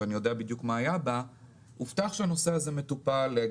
הובטח שהנושא הזה מטופל.